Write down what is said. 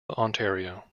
ontario